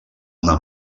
una